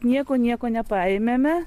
nieko nieko nepaėmėme